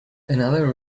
another